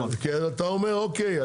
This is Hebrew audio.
כי הרי אתה אומר אוקיי,